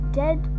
dead